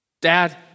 dad